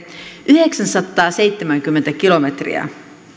yhdeksänsataaseitsemänkymmentä kilometriä